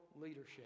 leadership